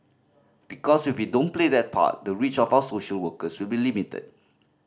because if we don't play that part the reach of our social workers will be limited